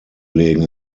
legen